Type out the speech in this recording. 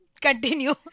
continue